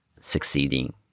succeeding